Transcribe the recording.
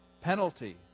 penalty